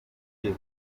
nje